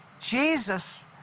Jesus